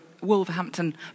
Wolverhampton